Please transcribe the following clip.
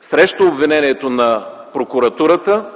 срещу обвинението на прокуратурата,